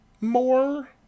more